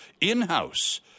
in-house